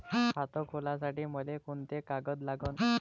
खात खोलासाठी मले कोंते कागद लागन?